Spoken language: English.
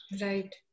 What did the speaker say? Right